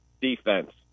defense